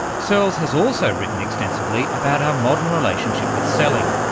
searls has also written extensively about our modern relationship with selling,